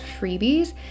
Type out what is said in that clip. freebies